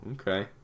okay